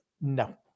No